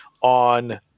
on